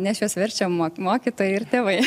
nes juos verčia ma mokytojai ir tėvai